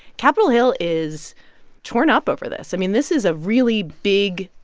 capitol hill is torn up over this. i mean, this is a really big,